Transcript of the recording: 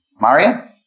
Maria